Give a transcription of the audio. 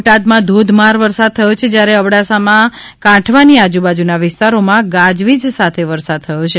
બોટાદમાં ધોધમાર વરસાદ થયો છે જયારે અબડાસાના કાંઠાવાની આજુબાજુના વિસ્તારોમાં ગાજવીજ સાથે વરસાદ થયો છે